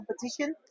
competition